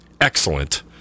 Excellent